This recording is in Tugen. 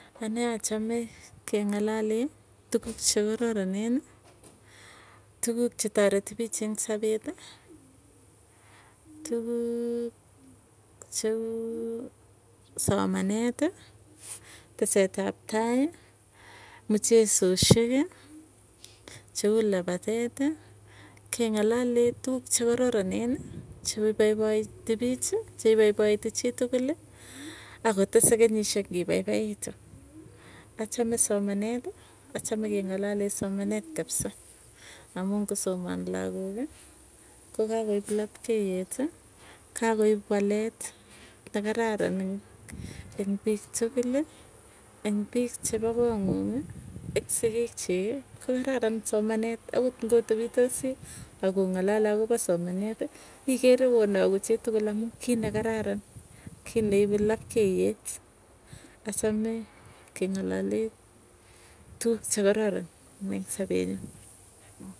Anee achame keng'alalee tukuk chekararaneni, tukuk che tareti piich eng sapeti, tukuuk cheu somanet tesetap tai. Mchesoshek cheu lapateti keng'alalee tukuk chekararaneni cheipaipaiti piich, cheipaipaiti chituli akotese kenyisiek ngipaipaitu. achane somaneti achame keng'alale somanet kapsa amuu, ngosoman lagooki, kokakoek lapkeyeti. Kakoip walet nekararan eng piiik tukul, eng piik chepo konguung ek sigiikchiki ko kararan somanet akot ngotepitosii, akong'alalee akopo somanet ikere konaku chitukuli, amuu ne kararan kiit neipu lapkeiyet, achame keng'alalee tukuk chekararon eng sapee nyu.